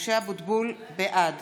בעד